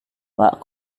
pak